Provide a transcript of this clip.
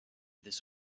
this